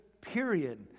period